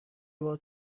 باهات